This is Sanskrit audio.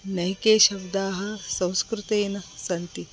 नैके शब्दाः संस्कृतेन सन्ति